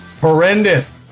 horrendous